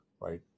right